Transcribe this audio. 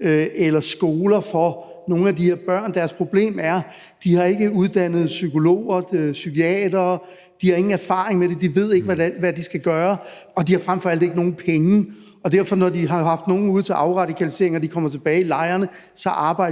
eller -skoler for nogle af de her børn. Deres problem er, at de ikke har uddannede psykologer og psykiatere, de har ingen erfaring med det, de ved ikke, hvad de skal gøre, og de har frem for alt ikke nogen penge. Derfor er arbejdet spildt efter ret kort tid, når de har haft nogen ude til afradikalisering og de er kommet tilbage i lejrene. Er